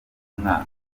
mwaka